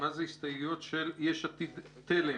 של יש עתיד-תל"ם.